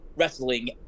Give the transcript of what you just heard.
wrestling